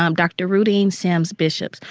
um dr. rudine sims bishop,